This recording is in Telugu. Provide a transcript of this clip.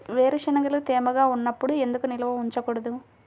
వేరుశనగలు తేమగా ఉన్నప్పుడు ఎందుకు నిల్వ ఉంచకూడదు?